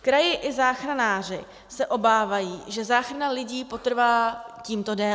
Kraj i záchranáři se obávají, že záchrana lidí potrvá tímto déle.